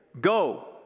go